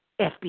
FBI